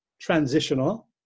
Transitional